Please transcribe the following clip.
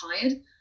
tired